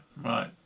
right